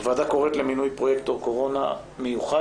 הוועדה קוראת למינוי פרויקטור קורונה מיוחד